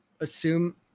Assume